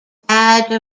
badge